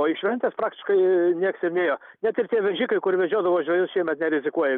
o iš ventės praktiškai nieks ir nėjo net ir tie vežikai kur vežiodavo žvejus šiemet nerizikuoja